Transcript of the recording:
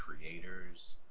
creators